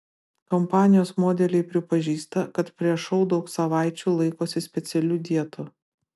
kompanijos modeliai pripažįsta kad prieš šou daug savaičių laikosi specialių dietų